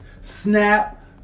Snap